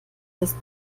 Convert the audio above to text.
ist